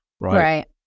right